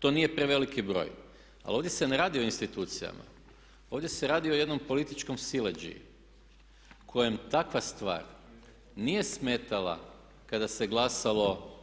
To nije preveliki broj, ali ovdje se ne radi o institucijama, ovdje se radi o jednom političkom sileđiji kojem takva stvar nije smetala kada se glasalo